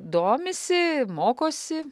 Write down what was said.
domisi mokosi